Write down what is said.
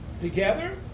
together